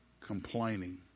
complaining